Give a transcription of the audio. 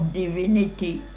divinity